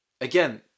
again